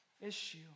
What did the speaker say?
issue